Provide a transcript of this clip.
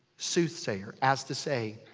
soothsayer. as to say,